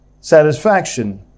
satisfaction